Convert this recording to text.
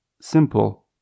simple